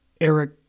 Eric